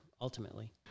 ultimately